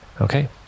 Okay